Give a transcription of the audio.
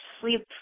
sleep